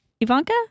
Ivanka